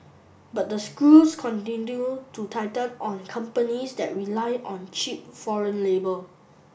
but the screws continue to tighten on companies that rely on cheap foreign labour